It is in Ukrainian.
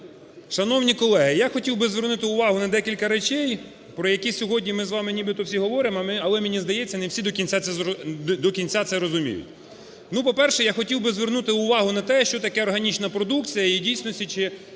Шановні колеги, я хотів би звернути увагу на декілька речей, про які сьогодні ми з вами нібито всі говоримо, але, мені здається, не всі до кінця це розуміють. По-перше, я хотів би звернути увагу на те, що таке органічна продукція і в дійсності, чи